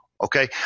Okay